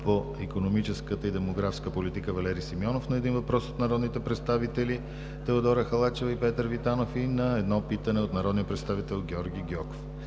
по икономическата и демографска политика Валери Симеонов – на един въпрос от народните представители Теодора Халачева и Петър Витанов; и на едно питане от народния представител Георги Гьоков;